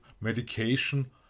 medication